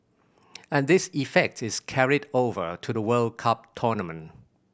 and this effect is carried over to the World Cup tournament